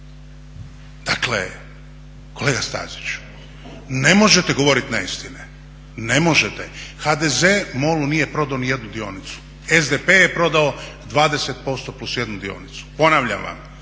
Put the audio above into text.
Dakle, kolega Staziću ne možete govoriti neistine, ne možete, HDZ, MOL-u nije prodao ni jednu dionicu, SDP je prodao 20% plus jednu dionicu. Ponavljam vam,